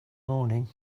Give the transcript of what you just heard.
morning